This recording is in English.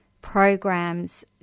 programs